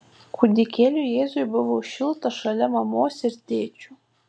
kūdikėliui jėzui buvo šilta šalia mamos ir tėčio